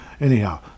Anyhow